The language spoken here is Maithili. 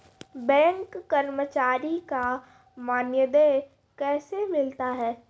बैंक कर्मचारी का मानदेय कैसे मिलता हैं?